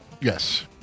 Yes